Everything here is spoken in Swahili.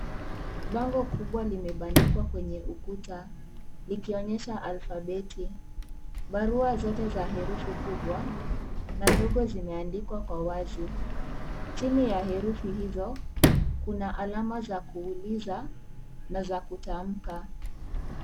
Bango kubwa limebandikwa kwenye ukuta ikionyesha alfabeti barua zote za herufi kubwa na ndogo zimeandikwa kwa wazi, chini ya herufi hizo kuna alama ya kuuliza na za kutamka.